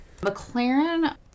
McLaren